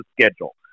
schedule